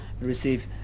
receive